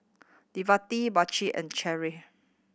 Davonte Brycen and Cheri